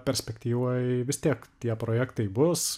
perspektyvoj vis tiek tie projektai bus